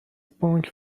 بانک